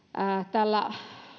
tällä